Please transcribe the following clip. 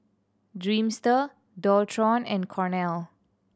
Dreamster Dualtron and Cornell